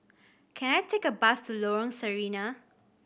can I take a bus to Lorong Sarina